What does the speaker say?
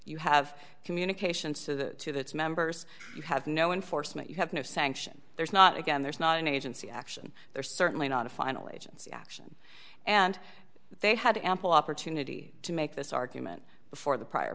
you have communications to the members you have no enforcement you have no sanction there's not again there's not an agency action there certainly not a final agency and they had ample opportunity to make this argument before the prior